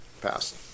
Passed